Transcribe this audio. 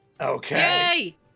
Okay